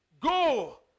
Go